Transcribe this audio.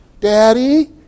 Daddy